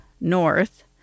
north